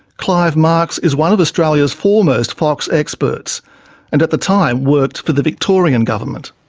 clive marks is one of australia's foremost fox experts and at the time worked for the victorian government.